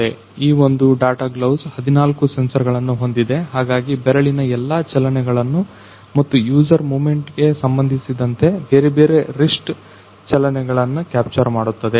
ಈ ಒಂದು data gloves 14 sensor ಗಳನ್ನು ಹೊಂದಿದೆ ಹಾಗಾಗಿ ಬೆರಳಿನ ಎಲ್ಲಾ ಚಲನೆಗಳನ್ನು ಮತ್ತು ಯೂಸರ್ ಮೂಮೆಂಟ್ ಸಂಬಂಧಿಸಿದಂತೆ ಬೇರೆ ಬೇರೆ ರಿಸ್ಟ್ ಚಲನೆಗಳನ್ನು ಕ್ಯಾಪ್ಚರ್ ಮಾಡುತ್ತದೆ